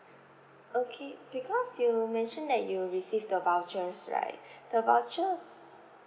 okay because you mention that you receive the vouchers right the voucher